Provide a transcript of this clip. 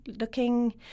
looking